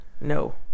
No